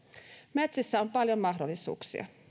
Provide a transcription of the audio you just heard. metsissä on paljon mahdollisuuksia